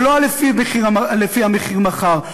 ולא לפי המחיר מחר.